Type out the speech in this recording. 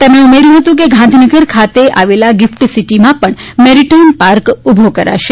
તેમણે ઉમેર્થું હતું કે ગાંધીનગર ખાતે આવેલા ગીફ્ટ સીટીમાં પણ મેરિટાઇમ પાર્ક ઉભો કરાશે